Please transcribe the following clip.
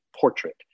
portrait